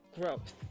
growth